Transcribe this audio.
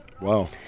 Wow